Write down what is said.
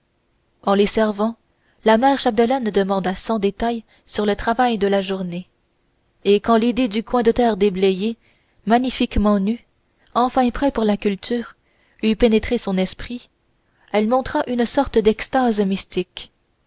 en les servant la mère chapdelaine demanda cent détails sur le travail de la journée et quand l'idée du coin de terre déblayé magnifiquement nu enfin prêt pour la culture eut pénétré son esprit elle montra une sorte d'extase